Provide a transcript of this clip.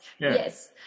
yes